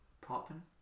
popping